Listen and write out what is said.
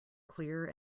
clear